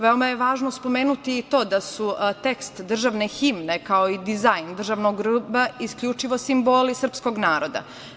Veoma je važno spomenuti i to da su tekst državne himne, kao i dizajn državnog grba isključivo simboli srpskog naroda.